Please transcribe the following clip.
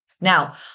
Now